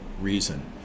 reason